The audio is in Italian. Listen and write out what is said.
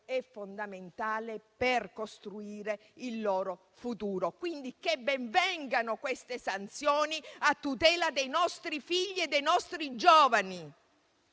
è fondamentale per costruire il loro futuro. Ben vengano quindi queste sanzioni a tutela dei nostri figli e dei nostri giovani.